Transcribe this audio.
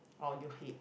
or you hate